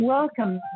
Welcome